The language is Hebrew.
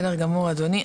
תודה, אדוני.